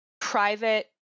private